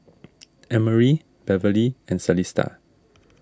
Emory Beverlee and Celesta